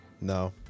No